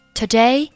today